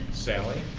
sally